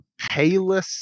payless